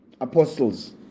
apostles